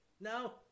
No